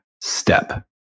step